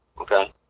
Okay